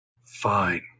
Fine